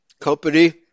company